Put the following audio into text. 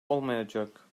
olmayacak